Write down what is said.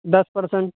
this percent